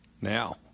now